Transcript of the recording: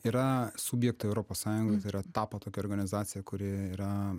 yra subjektai europos sąjungoj tai yra tapo tokia organizacija kuri yra